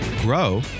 grow